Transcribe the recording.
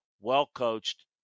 well-coached